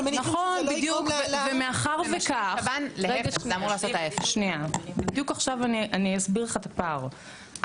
נכון, בדיוק, ומאחר שכך, אני אסביר לך את הפער.